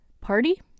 party